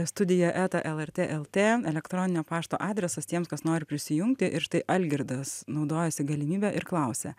studija eta lrt lt elektroninio pašto adresas tiems kas nori prisijungti ir štai algirdas naudojasi galimybe ir klausia